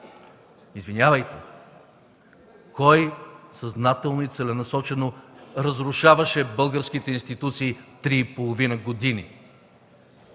Извинявайте, кой съзнателно и целенасочено разрушаваше българските институции три години